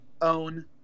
own